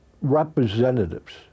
representatives